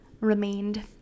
remained